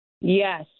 Yes